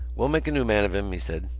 we'll make a new man of him, he said.